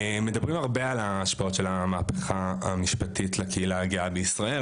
מדברים הרבה על ההשפעות של המהפכה המשפטית לקהילה הגאה בישראל,